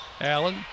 Allen